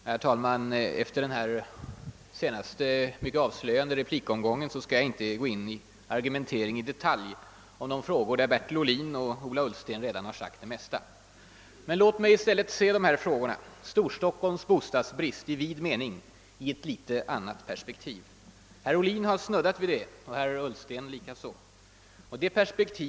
Herr talman! Efter den här avslöjande replikomgången skall jag inte gå in i någon detaljerad argumentering i de frågor som Bertil Ohlin och Ola Ullsten redan har talat om och sagt det mesta om. Låt mig i stället se frågan — Storstockholms bostadsbrist i vid mening — i ett litet annat perspektiv. Både herr Ohlin och herr Ullsten har snuddat vid det.